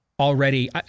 already